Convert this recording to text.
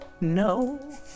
No